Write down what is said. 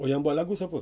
yang buat lagu siapa